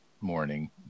morning